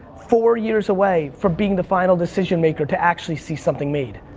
four years away from being the final decision-maker to actually see something made.